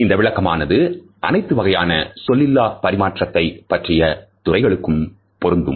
இந்த விளக்கமானது அனைத்து வகையான சொல்லிலா பரிமாற்றத்தை பற்றிய துறைகளுக்கும் பொருந்தும்